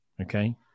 Okay